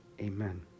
amen